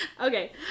Okay